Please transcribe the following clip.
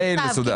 מייל מסודר.